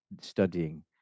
studying